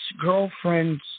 girlfriend's